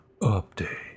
update